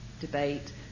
debate